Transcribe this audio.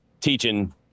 Teaching